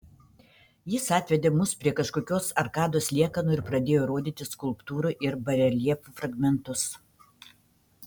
jis atvedė mus prie kažkokios arkados liekanų ir pradėjo rodyti skulptūrų ir bareljefų fragmentus